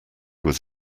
was